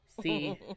see